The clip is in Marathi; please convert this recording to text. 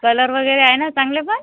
कलर वगैरे आहे ना चांगले पण